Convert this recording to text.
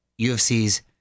UFC's